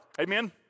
Amen